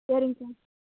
சரிங்க்கா